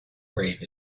grave